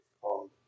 called